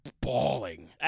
bawling